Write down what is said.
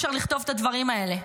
אי-אפשר לכתוב את הדברים האלה.